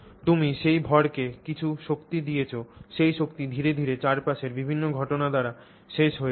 তুমি সেই ভরকে কিছুটা শক্তি দিয়েছ সেই শক্তি ধীরে ধীরে চারপাশের বিভিন্ন ঘটনা দ্বারা শেষ হয়ে যায়